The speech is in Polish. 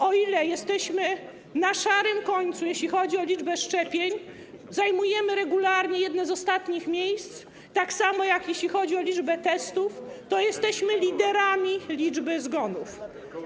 O ile jesteśmy na szarym końcu, jeśli chodzi o liczbę szczepień, zajmujemy regularnie jedno z ostatnich miejsc, tak samo, jeśli chodzi o liczbę testów, o tyle jesteśmy liderami liczby zgonów.